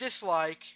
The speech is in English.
dislike